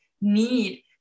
need